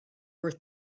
were